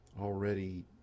already